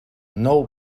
nou